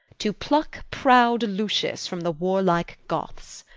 to pluck proud lucius from the warlike goths.